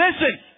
listen